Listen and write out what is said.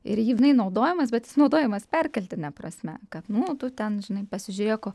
ir jinai naudojamas bet jis naudojamas perkeltine prasme kad nu tu ten žinai pasižiūrėk o